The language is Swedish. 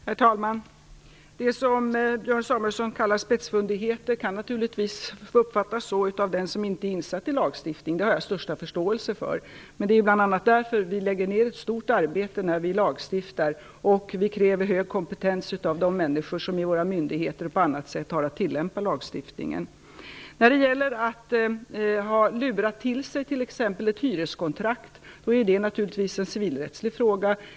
Herr talman! Det som Björn Samuelson kallar för spetsfundigheter kan naturligtvis uppfattas så av den som inte är insatt i lagstiftning. Det har jag den största förståelse för. Men det är ju bl.a. därför vi lägger ned ett stort arbete vid lagstiftningen, och kräver hög kompetens av de människor som i våra myndigheter och på annat sätt har att tillämpa lagstiftningen. Att lura till sig ett hyreskontrakt t.ex. är naturligtvis en civilrättslig fråga.